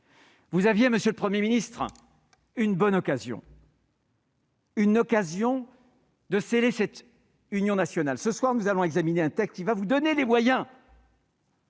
nationale. Monsieur le Premier ministre, vous aviez une bonne occasion de sceller cette union nationale. Ce soir, nous allons examiner un texte qui vous donnera les moyens